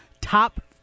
Top